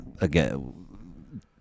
again